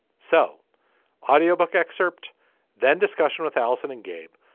so audio book excerpt then discussion with alison and gabe.